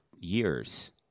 years